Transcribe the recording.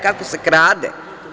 Kako se krade?